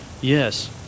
Yes